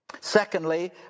secondly